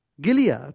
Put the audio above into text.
Gilead